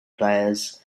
players